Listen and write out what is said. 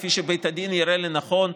כפי שבית הדין יראה לנכון,